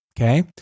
okay